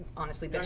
honestly, bitch